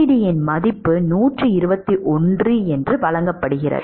fcdன் மதிப்பு 121 என வழங்கப்படுகிறது